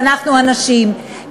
אנחנו הנשים,